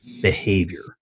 behavior